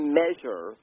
measure